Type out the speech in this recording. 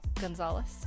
Gonzalez